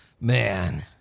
man